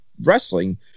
wrestling